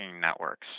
networks